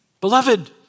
Beloved